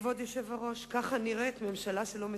כבוד היושב-ראש, ככה נראית ממשלה שלא מתפקדת.